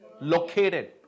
located